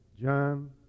John